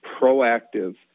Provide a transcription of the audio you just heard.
proactive